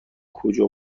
کجا